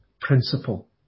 principle